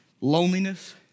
Loneliness